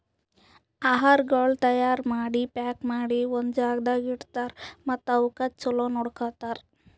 ಆಹಾರಗೊಳ್ ತೈಯಾರ್ ಮಾಡಿ, ಪ್ಯಾಕ್ ಮಾಡಿ ಒಂದ್ ಜಾಗದಾಗ್ ಇಡ್ತಾರ್ ಮತ್ತ ಅವುಕ್ ಚಲೋ ನೋಡ್ಕೋತಾರ್